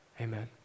amen